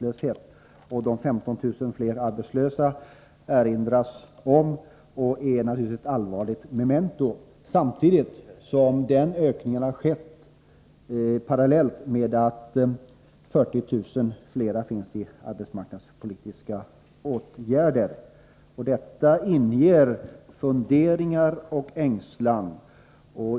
Det erinras om att antalet arbetslösa ökat med 15 000, och det är naturligtvis allvarligt. Parallellt med den ökningen har vi också fått ca 40 000 flera i arbetsmarknadspolitiska åtgärder. Detta inger både funderingar och ängslan.